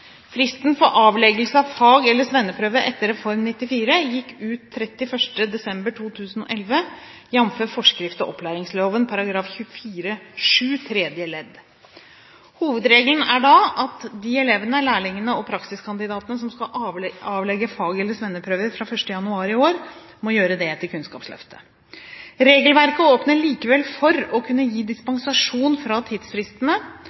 Fristen for avleggelse av fag- eller svenneprøve etter Reform 94 gikk ut 31. desember 2011, jf. forskrift til opplæringsloven § 24-7 tredje ledd. Hovedregelen er at de elevene, lærlingene og praksiskandidatene som skal avlegge fag- eller svenneprøve fra 1. januar i år, må gjøre det etter Kunnskapsløftet. Regelverket åpner likevel for å kunne gi dispensasjon fra tidsfristene,